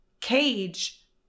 cage